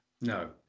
no